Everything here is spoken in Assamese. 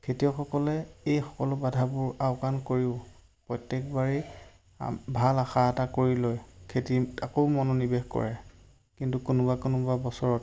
খেতিয়কসকলে এই সকলো বাধাবোৰ আওকাণ কৰিও প্ৰত্যেকবাৰেই ভাল আশা এটা কৰি লয় খেতিত আকৌ মনোনিৱেশ কৰে কিন্তু কোনোবা কোনোবা বছৰত